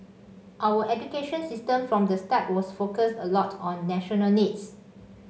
our education system from the start was focused a lot on national needs